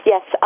Yes